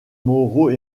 moraux